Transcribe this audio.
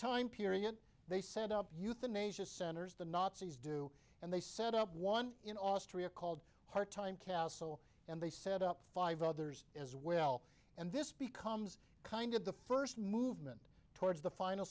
time period they set up euthanasia centers the nazis do and they set up one in austria called hard time castle and they set up five others as well and this becomes kind of the first movement towards the final